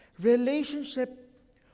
Relationship